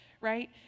right